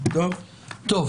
אם